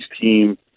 team